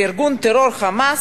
וארגון הטרור ה"חמאס"